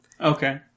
Okay